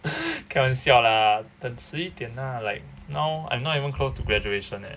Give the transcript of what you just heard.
开玩笑 lah 等迟一点 lah like now I'm not even close to graduation leh